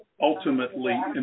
ultimately